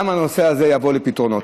גם הנושא הזה יבוא על פתרונו.